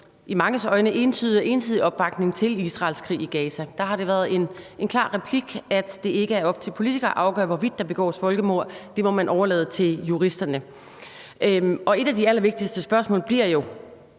entydige og ensidige opbakning til Israels krig i Gaza, at det ikke er op til politikere at afgøre, hvorvidt der begås folkemord, men at man må overlade det til juristerne. Et af de allervigtigste spørgsmål bliver jo